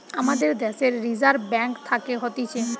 আমাদের দ্যাশের reserve bank থাকে হতিছে